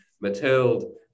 Mathilde